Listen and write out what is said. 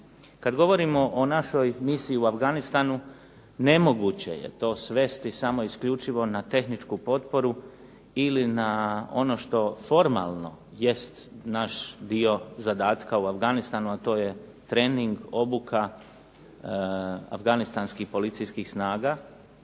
Kad govorimo o našoj misiji u Afganistanu nemoguće je to svesti samo isključivo na tehničku potporu ili na ono što formalno jest naš dio zadatka u Afganistanu, a to je trening, obuka afganistanskih policijskih snaga